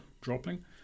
dropping